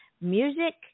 music